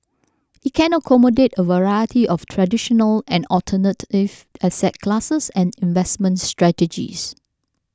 it can accommodate a variety of traditional and alternative asset classes and investment strategies